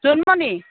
Jonmoni